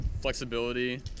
flexibility